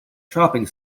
shopping